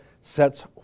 sets